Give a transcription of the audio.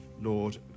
Lord